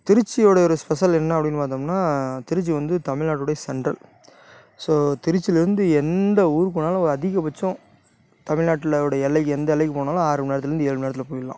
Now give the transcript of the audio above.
திருச்சியோட ஒரு ஸ்பெஷல் என்ன அப்படின்னு பார்த்தோம்னா திருச்சி வந்து தமிழ் நாட்டுடைய சென்ட்ரல் ஸோ திருச்சியிலேந்து எந்த ஊர் போனாலும் அதிக பட்சம் தமிழ் நாட்டுடைய எல்லைக்கு எந்த எல்லைக்கு போனாலும் ஆறு மணிநேரத்துலந்து ஏழு மணிநேரத்துல போயிடலாம்